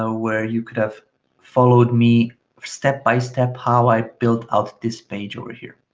ah where you could have followed me step by step, how i built out this page over here.